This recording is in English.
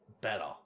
better